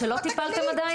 זאת אומרת שלא טיפלתם עדיין?